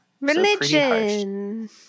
Religion